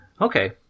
Okay